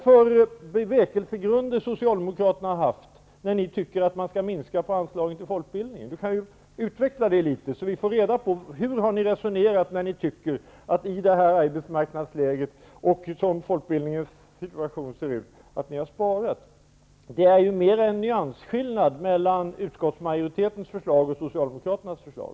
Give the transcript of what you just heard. Vilka bevekelsegrunder har Socialdemokraterna haft när ni tycker att man skall minska på anslaget till folkbildningen? Utveckla det litet, så att vi får reda på hur ni har resonerat när ni vill spara i detta arbetsmarknadsläge och i den situation som folkbildningen befinner sig i! Det är mera en nyansskillnad mellan utskottsmajoritetens förslag och Socialdemokraternas förslag.